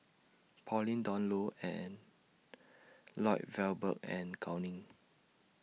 Pauline Dawn Loh and Lloyd Valberg and Gao Ning